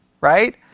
right